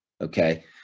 Okay